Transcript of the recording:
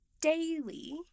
daily